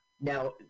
Now